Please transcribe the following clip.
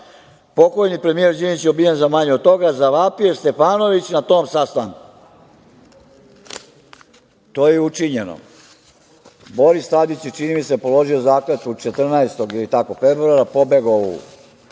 Pokojni premijer Đinđić je ubijen za manje od toga, zavapio Stefanović na tom sastanku. To je učinjeno. Boris Tadiće je, čini mi se, položio zakletvu 14. ili tako, februara,